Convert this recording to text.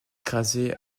écrasé